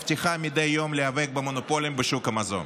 מבטיחה מדי יום להיאבק במונופולים בשוק המזון,